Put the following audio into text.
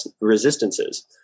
resistances